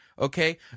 Okay